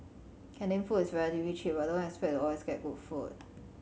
canteen food is relatively cheap but don't expect to always get good food